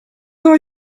are